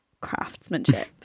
craftsmanship